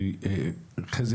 חזי,